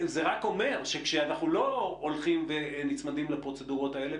זה רק אומר שכשאנחנו לא הולכים ונצמדים לפרוצדורות האלה,